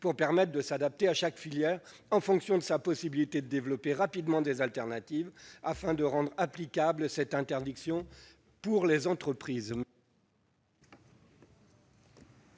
catégorie, afin de s'adapter à chaque filière en fonction de sa possibilité de développer rapidement des alternatives, en vue de rendre applicable cette interdiction pour les entreprises.